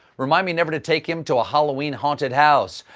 remind me never to take him to a halloween haunted house.